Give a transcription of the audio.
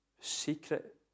Secret